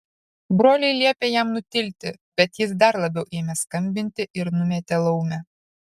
broliai liepė jam nutilti bet jis dar labiau ėmė skambinti ir numetė laumę